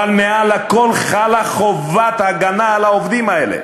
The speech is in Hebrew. אבל מעל הכול חלה חובת ההגנה על העובדים האלה.